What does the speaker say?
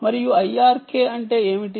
మరియు IRK అంటే ఏమిటి